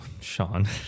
Sean